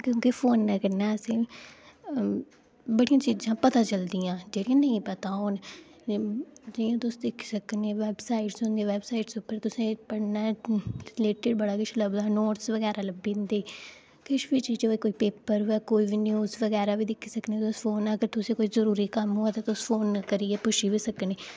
क्योंकी फोनै कन्नै असे गी बड़ी चीजां पता चलदियां जेह्ड़ियां नेईं पता होन जि'यां तुस दिक्खी सकने बैवसाइड़स होंदियां बैवसाइड़स उप्पर तसें पढ़ना ऐ रिलेटड बड़ा किश लब्भदा ऐ नोटस बगैरा लब्भी जंदे किश बी चीजां कोई पेपर कोई बी न्यूज बगैरा बी दिक्खी सकने जे तुसें कोई जरूरी कम्म होऐ तां तुस फोन करियै पुच्छी बी सकने